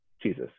Jesus